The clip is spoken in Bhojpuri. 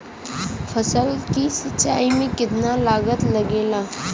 फसल की सिंचाई में कितना लागत लागेला?